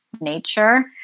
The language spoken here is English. nature